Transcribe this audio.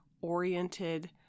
oriented